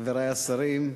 חברי השרים,